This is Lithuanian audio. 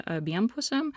abiem pusėm